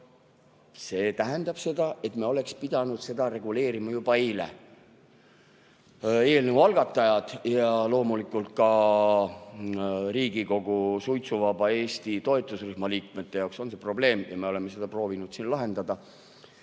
See tähendab seda, et me oleksime pidanud seda reguleerima juba eile. Eelnõu algatajate ja loomulikult ka Riigikogu suitsuvaba Eesti toetusrühma liikmete jaoks on see probleem ja me oleme seda proovinud siin lahendada,